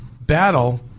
battle